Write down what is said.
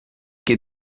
que